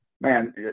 man